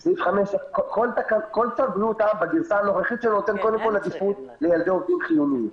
יש עדיפות קודם כל לילדי עובדים חיוניים.